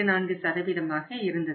84 ஆக இருந்தது